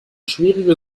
schwierige